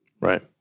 Right